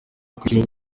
kwishyura